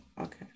okay